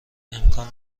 امکان